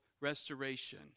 restoration